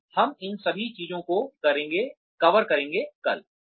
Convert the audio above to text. तो हम इन सभी चीजों को कवर करेंगे कल